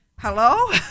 hello